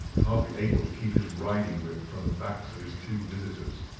hardly able to keep his riding-whip from the backs of his two visitors.